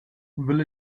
will